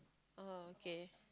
oh okay